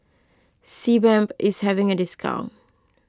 Sebamed is having a discount